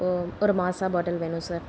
ஒரு மாசா பாட்டில் வேணும் சார்